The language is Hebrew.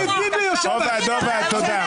תודה.